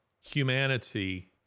humanity